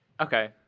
Okay